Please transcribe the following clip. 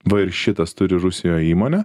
va ir šitas turi rusijoj įmonę